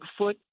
Bigfoot